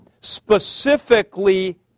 Specifically